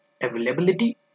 availability